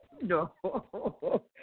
No